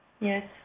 Yes